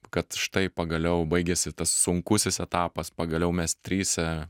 kad štai pagaliau baigėsi tas sunkusis etapas pagaliau mes trise